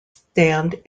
stand